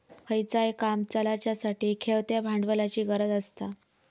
खयचाय काम चलाच्यासाठी खेळत्या भांडवलाची गरज आसता